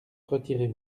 retirez